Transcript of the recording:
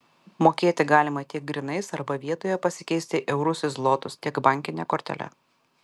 mokėti galima tiek grynais arba vietoje pasikeisti eurus į zlotus tiek bankine kortele